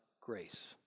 grace